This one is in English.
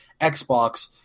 Xbox